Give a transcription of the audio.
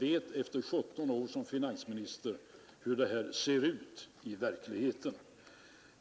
Efter 17 år som finansminister vet jag hur det ser ut i verkligheten.